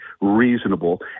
reasonable